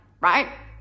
right